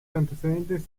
antecedentes